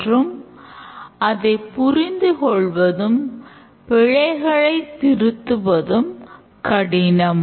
மற்றும் அதைப் புரிந்து கொள்வதும் பிழைகளை திருத்துவது கடினம்